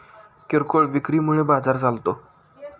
किरकोळ विक्री मुळे बाजार चालतो